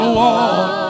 walk